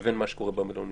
לבין מה שקורה במלוניות.